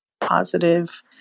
positive